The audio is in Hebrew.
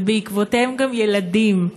ובעקבותיהם גם ילדים,